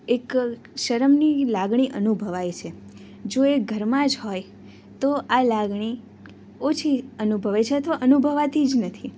એક શરમની લાગણી અનુભવાય છે જો એ ઘરમાં જ હોય તો આ લાગણી ઓછી અનુભવે છે અથવા તો અનુભવાતી જ નથી